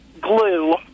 glue